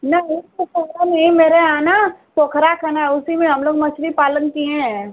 नहीं तो पहला मेरे यहाँ ना पोखरा खाना है उसी में हम लोग मछली पालन किए हैं